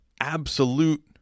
absolute